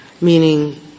meaning